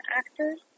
actors